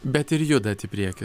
bet ir judat į priekį